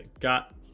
got